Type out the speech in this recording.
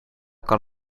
kan